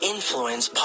Influence